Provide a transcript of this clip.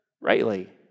rightly